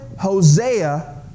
Hosea